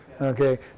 Okay